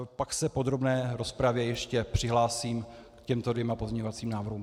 Pak se v podrobné rozpravě ještě přihlásím k těmto dvěma pozměňovacím návrhům.